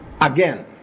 Again